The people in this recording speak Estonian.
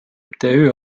mtü